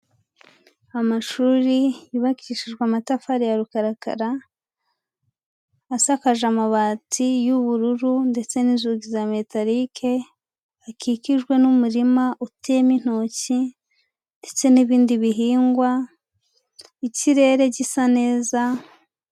Amashuri yubakishijwe amatafari ya rukaraka, asakaje amabati y'ubururu, ndetse n'inzugi za metalique, akikijwe n'umurima uteyemo intoki ndetse n'ibindi bihingwa, ikirere gisa neza.